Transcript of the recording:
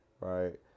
right